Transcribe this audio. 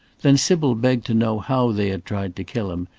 then sybil begged to know how they had tried to kill him,